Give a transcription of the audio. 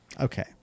okay